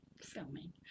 filming